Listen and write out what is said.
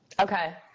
Okay